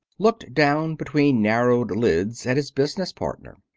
looked down between narrowed lids at his business partner.